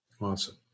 Awesome